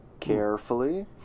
Carefully